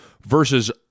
versus